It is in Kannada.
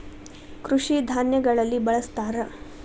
ಕೃಷಿ ಧಾನ್ಯಗಳಲ್ಲಿ ಬಳ್ಸತಾರ